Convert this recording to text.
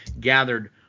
gathered